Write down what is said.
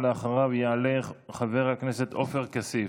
ואחריו יעלה חבר הכנסת עופר כסיף.